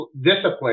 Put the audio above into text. discipline